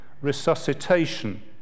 resuscitation